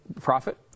profit